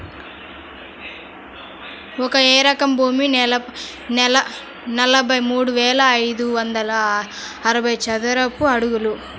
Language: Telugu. ఒక ఎకరం భూమి నలభై మూడు వేల ఐదు వందల అరవై చదరపు అడుగులు